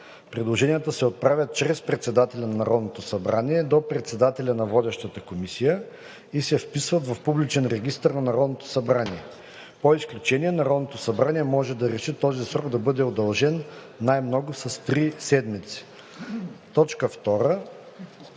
Предложенията се отправят чрез председателя на Народното събрание до председателя на водещата комисия и се вписват в публичен регистър на Народното събрание. По изключение Народното събрание може да реши този срок да бъде удължен най-много с три седмици.“ 2.